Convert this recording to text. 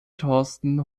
thorsten